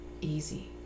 easy